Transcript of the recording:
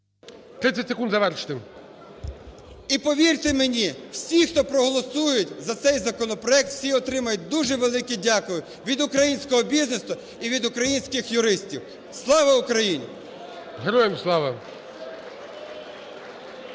30 секунд завершити. ІВАНЧУК А.В. І повірте мені, всі, хто проголосують за цей законопроект, всі отримають дуже велике дякую від українського бізнесу і від українських юристів. Слава Україні! ГОЛОВУЮЧИЙ.